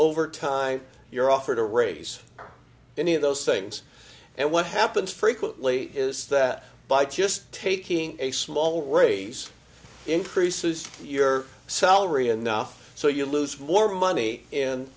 over time you're offered a raise any of those things and what happens frequently is that by just taking a small raise increases your salary enough so you lose more money and